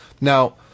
Now